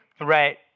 Right